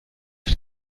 wird